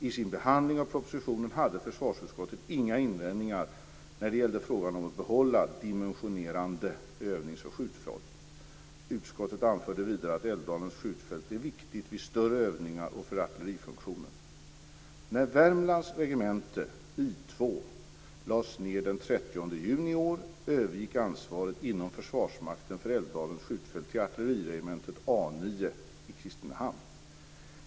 I sin behandling av propositionen hade försvarsutskottet inga invändningar när det gällde frågan om att behålla dimensionerande övnings och skjutfält . Utskottet anförde vidare att Älvdalens skjutfält är viktigt vid större övningar och för artillerifunktionen.